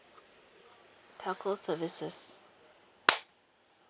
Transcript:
telco services